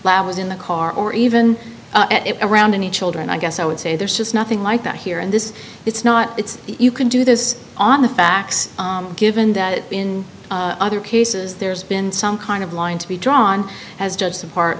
lad was in the car or even around any children i guess i would say there's just nothing like that here and this it's not it's you can do this on the facts given that in other cases there's been some kind of line to be drawn as just a part